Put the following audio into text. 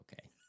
okay